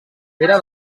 pere